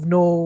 no